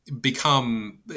become